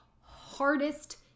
hardest